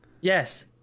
Yes